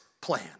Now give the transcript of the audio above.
plan